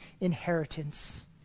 inheritance